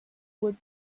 would